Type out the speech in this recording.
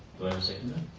have a seconder?